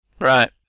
Right